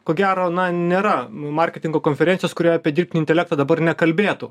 ko gero na nėra marketingo konferencijos kurioje apie dirbtinį intelektą dabar nekalbėtų patys